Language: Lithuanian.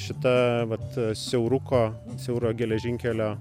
šita vat siauruko siauro geležinkelio